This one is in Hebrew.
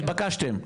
התבקשתם,